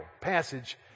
passage